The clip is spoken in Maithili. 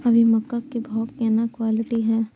अभी मक्का के भाव केना क्विंटल हय?